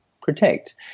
protect